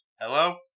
Hello